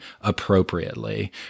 appropriately